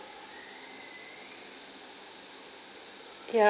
ya